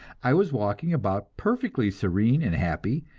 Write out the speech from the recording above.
i was walking about, perfectly serene and happy,